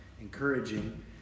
encouraging